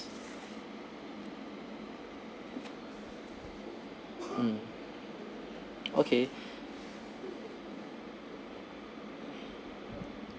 mm okay